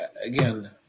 again